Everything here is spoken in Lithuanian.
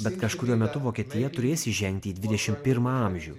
bet kažkuriuo metu vokietija turės įžengti į dvidešim pirmą amžių